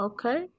Okay